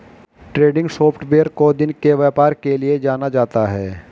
trending software को दिन के व्यापार के लिये जाना जाता है